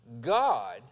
God